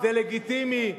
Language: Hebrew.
זה לגיטימי?